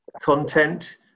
content